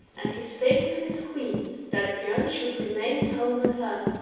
and he spake with his queen that bjorn should remain at home with her,